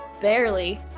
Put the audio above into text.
barely